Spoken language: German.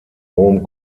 rom